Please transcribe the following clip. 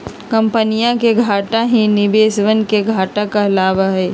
कम्पनीया के घाटा ही निवेशवन के घाटा कहलावा हई